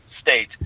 state